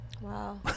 Wow